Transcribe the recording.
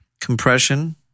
compression